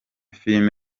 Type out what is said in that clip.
film